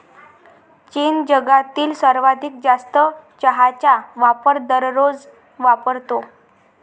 चीन जगातील सर्वाधिक जास्त चहाचा वापर दररोज वापरतो